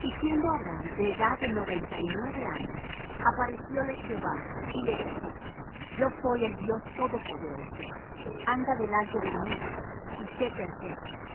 y siendo abram de edad de noventa y nueve años aparecióle jehová y le dijo yo soy el dios todopoderoso anda delante de mí y sé perfecto